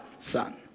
son